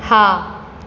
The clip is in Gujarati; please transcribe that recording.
હા